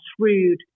shrewd